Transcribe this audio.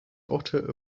daughter